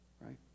Right